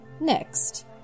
Next